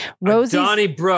Rosie